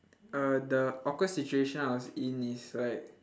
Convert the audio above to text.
uh the awkward situation I was in is like